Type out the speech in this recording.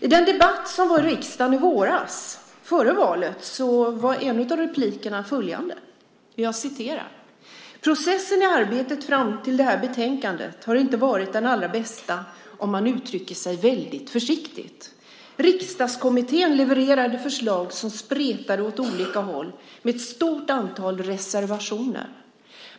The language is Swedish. I den debatt som var i riksdagen i våras, före valet, var en av replikerna: Processen i arbetet fram till det här betänkandet har inte varit den allra bästa, om man uttrycker sig väldigt försiktigt. Riksdagskommittén levererade förslag som spretade åt olika håll med ett stort antal reservationer.